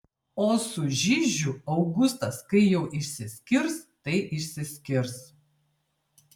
o su žižiu augustas kai jau išsiskirs tai išsiskirs